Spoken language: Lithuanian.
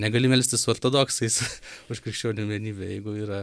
negali melstis su ortodoksais už krikščionių vienybę jeigu yra